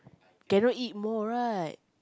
cannot eat more right